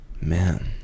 Man